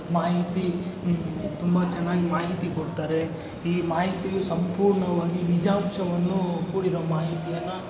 ಮಾಹಿತಿ ತುಂಬ ಚೆನ್ನಾಗಿ ಮಾಹಿತಿ ಕೊಡ್ತಾರೆ ಈ ಮಾಹಿತಿಯು ಸಂಪೂರ್ಣವಾಗಿ ನಿಜಾಂಶವನ್ನು ಕೂಡಿರೊ ಮಾಹಿತಿಯನ್ನು